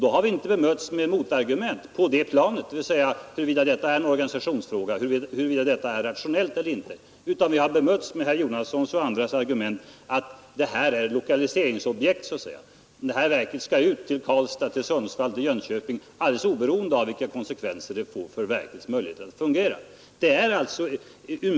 Då har vi inte bemötts med motargument på det planet dvs. huruvida detta är en organisationsfråga, huruvida detta är rationellt eller inte utan vi har bemötts med herr Jonassons och andras argument att det här är lokaliseringsobjekt, det här verket skall ut till Karlstad, till Sundsvall eller till Jönköping alldeles oberoende av vilka konsekvenser det får för verkets möjligheter att fungera där.